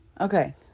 Okay